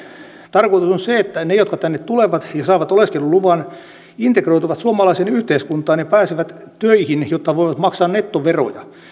tarkoitus on on se että ne jotka tänne tulevat ja saavat oleskeluluvan integroituvat suomalaiseen yhteiskuntaan ja pääsevät töihin jotta voivat maksaa nettoveroja